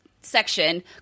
section